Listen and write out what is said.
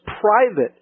private